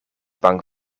bang